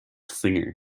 singer